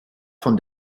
von